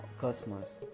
customers